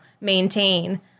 maintain